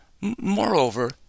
Moreover